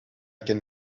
can